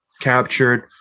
captured